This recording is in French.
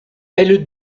elle